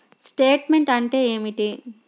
Statement అంటే ఏమిటి?